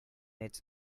its